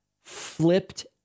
flipped